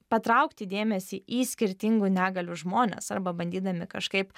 patraukti dėmesį į skirtingų negalių žmones arba bandydami kažkaip